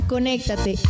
Conéctate